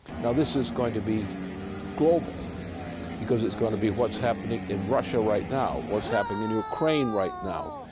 now this is going to be global because this is going to be what's happening in russia right now, what's happening in ukraine right now.